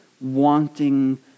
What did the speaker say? wanting